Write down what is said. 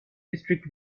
district